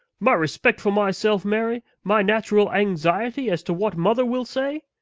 my respect for myself, mary, my natural anxiety as to what mother will say.